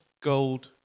gold